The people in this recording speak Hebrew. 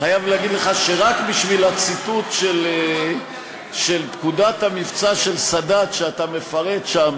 חייב להגיד לך שרק בשביל הציטוט של פקודת המבצע של סאדאת שאתה מפרט שם,